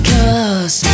Cause